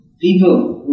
people